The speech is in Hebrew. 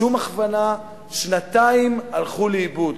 שום הכוונה, שנתיים הלכו לאיבוד.